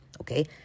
okay